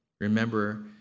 Remember